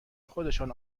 خودشان